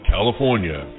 California